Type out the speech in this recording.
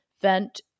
vent